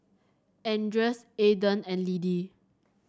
Andreas Aiden and Liddie